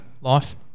Life